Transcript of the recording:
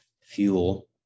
fuel